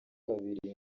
babiri